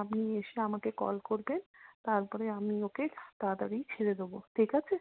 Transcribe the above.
আপনি এসে আমাকে কল করবেন তারপরে আমি ওকে তাড়াতাড়িই ছেড়ে দেব ঠিক আছে